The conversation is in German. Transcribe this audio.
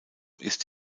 ist